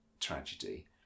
tragedy